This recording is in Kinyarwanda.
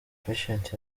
patient